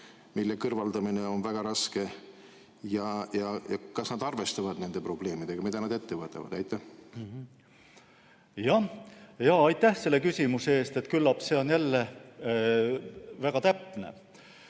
mille kõrvaldamine on väga raske? Ja kas nad arvestavad nende probleemidega? Mida nad ette võtavad? Aitäh selle küsimuse eest! Küllap see on jälle väga õige.